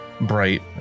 bright